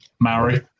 Maori